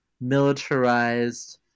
militarized